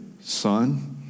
Son